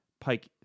Pike